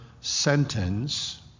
sentence